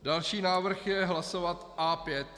Další návrh je hlasovat A5.